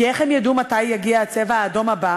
כי איך הם ידעו מתי יגיע "צבע אדום" הבא?